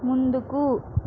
ముందుకు